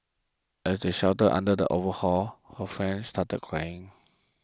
as they sheltered under the overhang her friend started crying